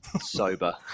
sober